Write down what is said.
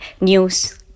News